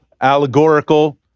allegorical